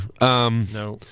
No